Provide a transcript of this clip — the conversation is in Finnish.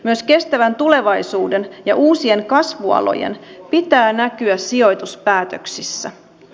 myös kestävän tulevaisuuden ja uusien kasvualojen pitää näkyä sijoituspäätöksissä